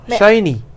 shiny